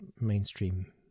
mainstream